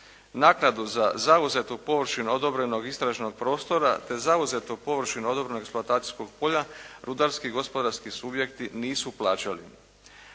Naknadu za zauzetu površinu odobrenog istražnog prostora, te zauzetu površinu odobrenog eksploatacijskog polja rudarski i gospodarski subjekti nisu plaćali.